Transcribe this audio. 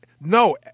no